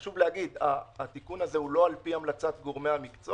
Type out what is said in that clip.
חשוב להגיד שהתיקון הזה הוא לא על פי המלצת גורמי המקצוע.